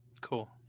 cool